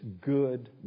good